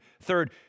Third